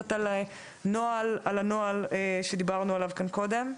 קצת על הנוהל שדיברנו עליו קודם.